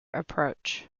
approach